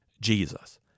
Jesus